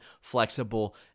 flexible